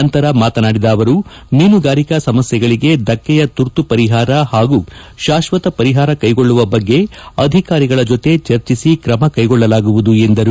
ನಂತರ ಮಾತನಾಡಿದ ಅವರು ಮೀನುಗಾರಿಕಾ ಸಮಸ್ಥೆಗಳಿಗೆ ದಕ್ಷೆಯ ತುರ್ತು ಪರಿಹಾರ ಹಾಗೂ ಶಾಶ್ವತ ಪರಿಹಾರ ಕೈಗೊಳ್ಳುವ ಬಗ್ಗೆ ಅಧಿಕಾರಿಗಳ ಜತೆ ಚರ್ಚಿಸಿ ಕ್ರಮ ಕೈಗೊಳ್ಳಲಾಗುವುದು ಎಂದರು